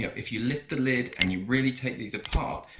yeah if you lift the lid and you really take these apart,